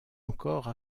encore